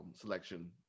selection